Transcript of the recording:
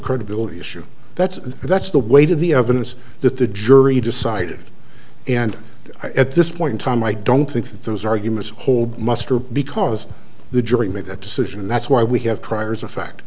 credibility issue that's that's the weight of the evidence that the jury decided and at this point in time i don't think that those arguments hold muster because the jury made that decision and that's why we have prior